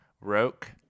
Roke